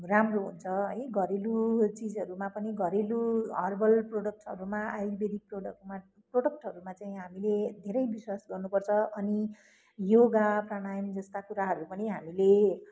राम्रो हुन्छ है घरेलु चिजहरूमा पनि घरेलु हर्बल प्रडक्टहरूमा आयुर्वेदिक प्रडक्टमा प्रडक्टहरूमा चाहिँ हामीले धेरै विश्वास गर्नुपर्छ अनि योगा प्रणयाम जस्ता कुराहरू पनि हामीले